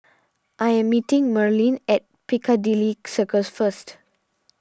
I am meeting Merlene at Piccadilly Circus first